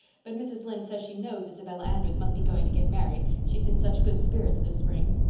but mrs. lynde says she knows isabella andrews must be going to get married, she's in such good spirits this spring.